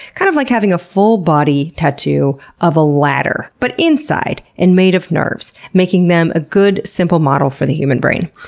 kind of like having a full body tattoo of a ladder, but inside, and made of nerves, making them a good simple model for the human brain.